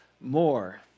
more